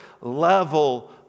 level